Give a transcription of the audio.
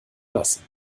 lassen